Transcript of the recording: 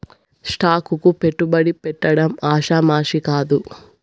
stock కు పెట్టుబడి పెట్టడం ఆషామాషీ కాదు